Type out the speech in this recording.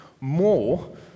more